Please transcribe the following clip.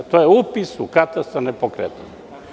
To je upis u katastar nepokretnosti.